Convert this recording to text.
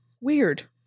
Weird